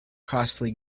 costly